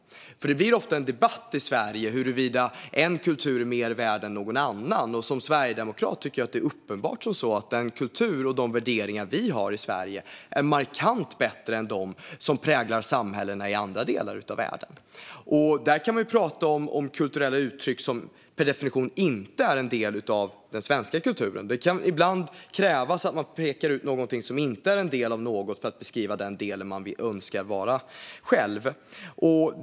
Det blir ofta en debatt i Sverige om huruvida en kultur är mer värd än någon annan. Som sverigedemokrat tycker jag att det är uppenbart att den kultur och de värderingar som vi har i Sverige är markant bättre än dem som präglar samhällen i andra delar av världen. Man kan prata om kulturella uttryck som per definition inte är en del av den svenska kulturen. Det kan ibland krävas att man pekar ut något som inte är en del av något för att beskriva den del som man själv önskar vara.